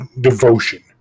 devotion